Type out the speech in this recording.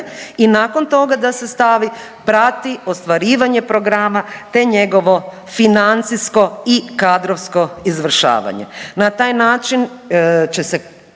i nakon toga da se stavi prati ostvarivanje programa te njegovo financijsko i kadrovsko izvršavanje.